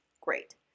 Great